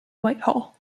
whitehall